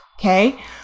okay